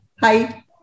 Hi